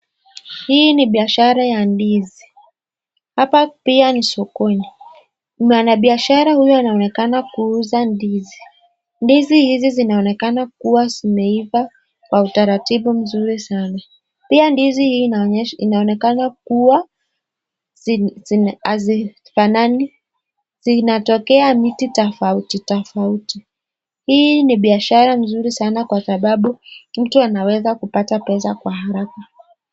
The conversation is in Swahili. Hii ni biashara ya ndizi, hapa pia ni sokoni, mwanabiashara huyu anaonekana kuuza ndizi, ndizi hizi zinaonekana kuwa zimeifa kwa utaratibu nzuri sana, pia ndizi hii inaonekana kuwa hazifanani zinatokea miti tofauti tofauti, hii ni biashara nzuri sana kwa sababu mtu anaweza kupata pesa kwa haraka.